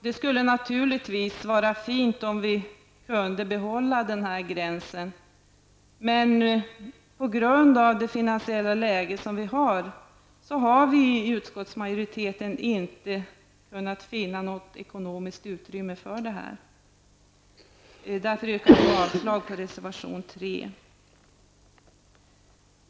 Det skulle naturligtvis vara fint om vi kunde behålla den här gränsen. Men på grund av det finansiella läget har vi i utskottsmajoriteten inte kunnat finna något ekonomiskt utrymme för detta. Därför yrkar jag avslag på reservation 3.